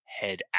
head